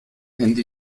handy